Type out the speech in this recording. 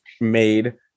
made